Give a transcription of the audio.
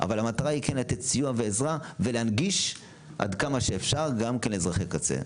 אבל המטרה היא כן לתת סיוע ועזרה ולהנגיש עד כמה שאפשר גם כן אזרחי קצה.